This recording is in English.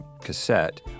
cassette